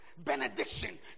benediction